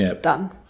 done